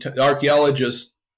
archaeologists